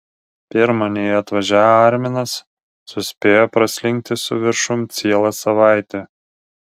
pirma nei atvažiavo arminas suspėjo praslinkti su viršum ciela savaitė